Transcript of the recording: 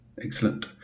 excellent